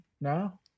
now